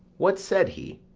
what said he?